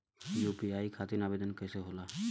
UPI खातिर आवेदन कैसे होला?